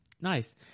Nice